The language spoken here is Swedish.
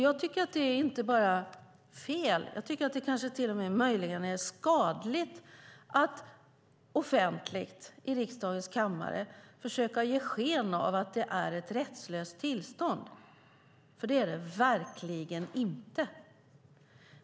Jag tycker att det inte bara är fel, utan jag tycker att det möjligen till och med är skadligt att offentligt i riksdagens kammare försöka ge sken av att det är ett rättslöst tillstånd, för det är det verkligen inte.